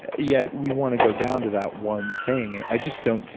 yet, we want to go down to that one thing. and i just don't.